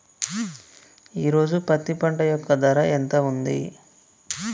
ఈ రోజు పత్తి పంట యొక్క ధర ఎంత ఉంది?